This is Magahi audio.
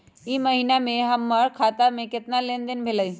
ई महीना में हमर खाता से केतना लेनदेन भेलइ?